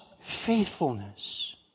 faithfulness